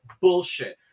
bullshit